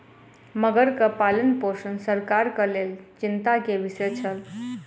मगरक पालनपोषण सरकारक लेल चिंता के विषय छल